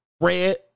red